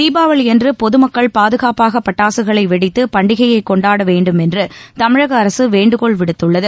தீபாவளியன்று பொதுமக்கள் பாதுகாப்பாக பட்டாசுகளை வெடித்து பண்டிகையை கொண்டாட வேண்டும் என்று தமிழக அரசு வேண்டுகோள் விடுத்துள்ளது